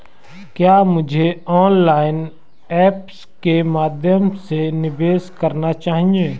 क्या मुझे online apps के माध्यम से निवेश करना चाहिए?